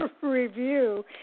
review